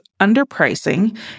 underpricing